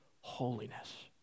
holiness